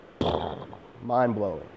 mind-blowing